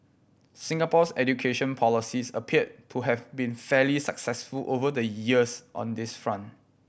Singapore's education policies appear to have been fairly successful over the years on this front